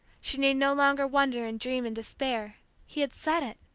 she need no longer wonder and dream and despair he had said it.